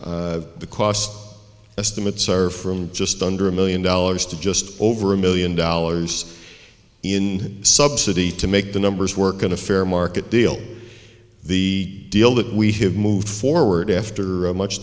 rehab the cost estimates are from just under a million dollars to just over a million dollars in subsidy to make the numbers work in a fair market deal the deal that we have moved forward after much